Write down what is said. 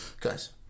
Guys